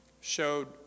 showed